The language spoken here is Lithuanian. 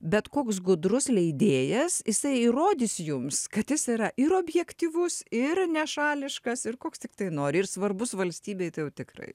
bet koks gudrus leidėjas jisai įrodys jums kad jis yra ir objektyvus ir nešališkas ir koks tiktai nori ir svarbus valstybei tai jau tikrai